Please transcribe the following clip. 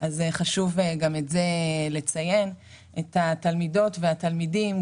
חשוב לציין את התלמידות ואת התלמידים,